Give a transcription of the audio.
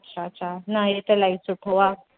अच्छा अच्छा न हे त इलाही सुठो आहे